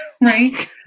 Right